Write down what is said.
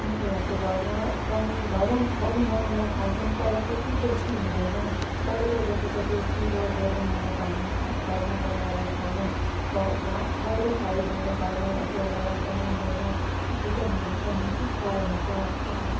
मिठो लाग्छ घरमा पनि घरमा पनि बनाएर खान्छौँ तर त्यति टेस्टी हुँदैन बाहिरको जत्तिको टेस्टी लाग्दैन मलाई घरमा खा घरमा बनाएर खानु बाहिर खायो भने घरमा च्यालाला पनि हुँदैन किचनहरू पनि सफा हुन्छ का